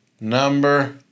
number